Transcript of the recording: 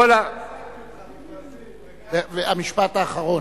המשפט האחרון.